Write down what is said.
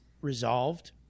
resolved